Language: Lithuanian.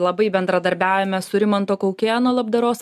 labai bendradarbiaujame su rimanto kaukėno labdaros